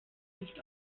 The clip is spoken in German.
nicht